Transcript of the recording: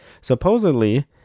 Supposedly